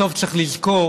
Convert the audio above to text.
בסוף צריך לזכור